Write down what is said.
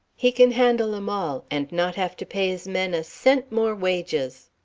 he can handle em all and not have to pay his men a cent more wages.